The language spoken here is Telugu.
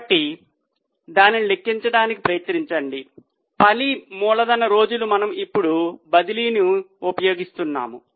కాబట్టి పని మూలధన రోజులు మనము ఇప్పుడు బదిలీని ఉపయోగిస్తాము